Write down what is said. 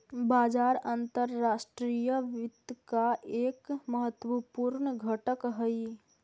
बाजार अंतर्राष्ट्रीय वित्त का एक महत्वपूर्ण घटक हई